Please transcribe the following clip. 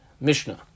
Mishnah